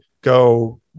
go